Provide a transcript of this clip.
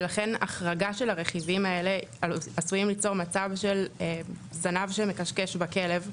ולכן החרגה של הרכיבים האלה עשויים ליצור מצב של זנב שמכשכש בכלב,